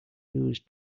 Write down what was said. used